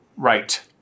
Right